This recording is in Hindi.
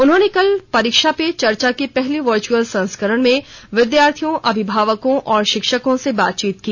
उन्होंने कल परीक्षा पे चर्चा के पहले वर्चअल संस्करण में विद्यार्थियों अभिभावकों और शिक्षकों से बातचीत की